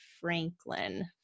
Franklin